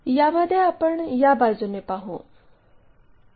यामध्ये आपण या बाजूने पाहू